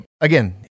again